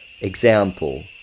example